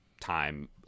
time